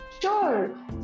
Sure